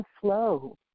flow